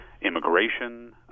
immigration